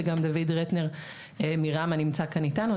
וגם דוד רטנר מראמ"ה נמצא כאן איתנו.